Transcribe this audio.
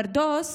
פרדוס